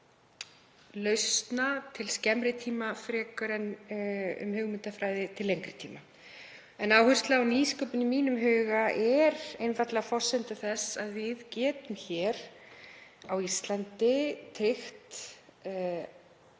lausna til skemmri tíma frekar en hugmyndafræði til lengri tíma. Áhersla á nýsköpun er í mínum huga einfaldlega forsenda þess að við getum hér á Íslandi áfram